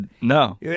No